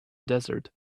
desert